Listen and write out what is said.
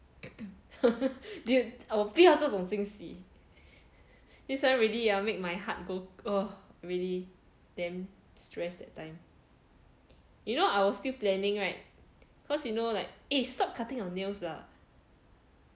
then 我不要这种惊喜 this one ah really make my heart go oh really damn stressed that time you know I was still planning right cause you know right eh stop cutting your nails lah